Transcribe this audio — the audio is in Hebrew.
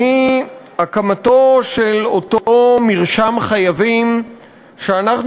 והיא הקמתו של אותו מרשם חייבים שאנחנו